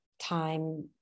time